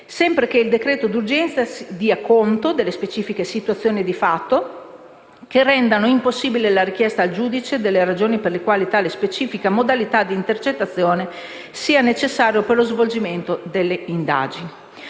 sempre che il decreto d'urgenza dia conto delle specifiche situazioni di fatto che rendano impossibile la richiesta al giudice delle ragioni per le quali tale specifica modalità di intercettazione sia necessaria per lo svolgimento delle indagini.